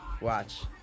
Watch